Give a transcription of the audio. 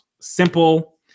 simple